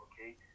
okay